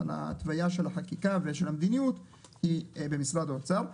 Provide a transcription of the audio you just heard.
כל ההתוויה של החקיקה ושל המדיניות היא במשרד האוצר.